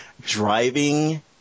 Driving